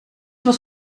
was